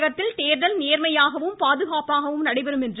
தமிழகத்தில் தேர்தல் நேர்மையாகவும் பாதுகாப்பாகவும் நடைபெறும் என்று